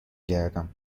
گردم